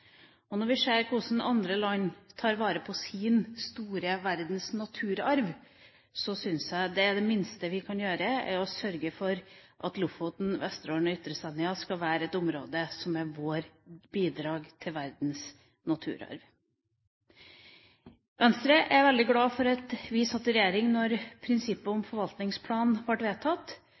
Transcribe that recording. forvalte. Når vi ser hvordan andre land tar vare på sin store verdensnaturarv, syns jeg det minste vi kan gjøre, er å sørge for at Lofoten, Vesterålen og Ytre Senja skal være et område som er vårt bidrag til verdens naturarv. Venstre er veldig glad for at vi satt i regjering da prinsippet om forvaltningsplan ble vedtatt.